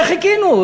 לזה חיכינו.